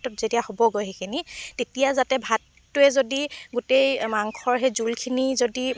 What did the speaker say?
যেতিয়া হ'বগৈ সেইখিনি তেতিয়া যাতে ভাতটোৱে যদি গোটেই মাংসৰ সেই জোলখিনি যদি